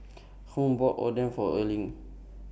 Hung bought Oden For Erling